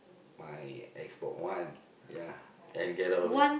my Xbox-One ya and get out of it